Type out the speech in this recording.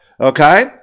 okay